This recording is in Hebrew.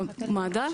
מד"א,